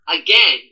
Again